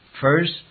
First